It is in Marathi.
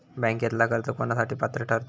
बँकेतला कर्ज कोणासाठी पात्र ठरता?